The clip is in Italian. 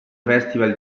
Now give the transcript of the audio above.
festival